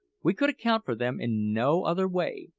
we could account for them in no other way,